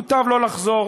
מוטב לא לחזור